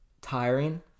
tiring